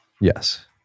Yes